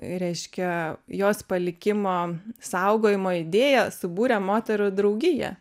reiškia jos palikimo saugojimo idėją subūrė moterų draugija